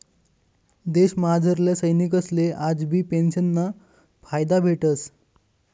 देशमझारल्या सैनिकसले आजबी पेंशनना फायदा भेटस